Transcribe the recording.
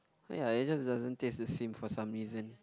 ya it just doesn't taste the same for some reason